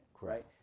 right